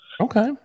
Okay